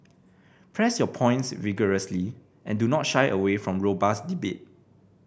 press your points vigorously and do not shy away from robust debate